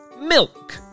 milk